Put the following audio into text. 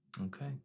Okay